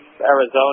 Arizona